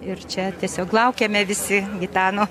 ir čia tiesiog laukiame visi gitano